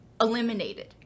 eliminated